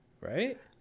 Right